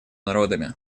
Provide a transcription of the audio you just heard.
народами